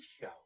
Show